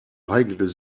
règles